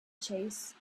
chase